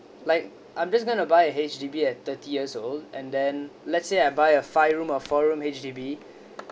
like I'm just going to buy a H_D_B at thirty years old and then let's say I buy a five room or four room H_D_B